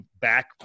back